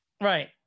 right